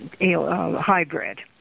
hybrid